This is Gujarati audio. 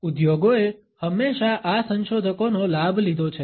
ઉદ્યોગોએ હંમેશા આ સંશોધકોનો લાભ લીધો છે